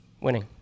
winning